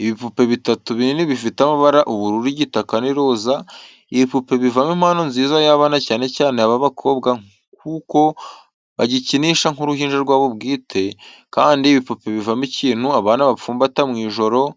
Ibipupe bitatu binini bifite amabara ubururu, igitaka n'iroza, ibipupe bivamo impano nziza y'abana cyane cyane ab'abakobwa kuko bagikinisha nk'uruhinja rwabo bwite, kandi ibipupe bivamo ikintu abana bapfumbata mu ijoro iyo